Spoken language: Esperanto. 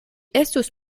estus